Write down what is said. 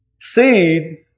Seed